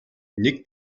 нэг